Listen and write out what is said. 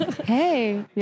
hey